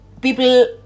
people